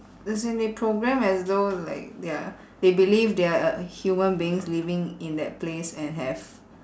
as in they program as though like they're they believe they are uh human beings living in that place and have